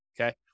okay